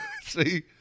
See